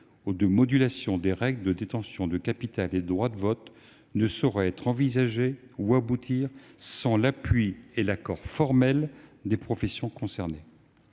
ou de modulation des règles de détention du capital et des droits de vote, ne saurait être envisagée ni aboutir sans l'appui et l'accord formel des professions concernées.